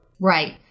Right